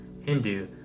Hindu